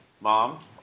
mom